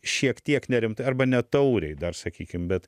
šiek tiek nerimtai arba netauriai dar sakykim bet